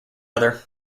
other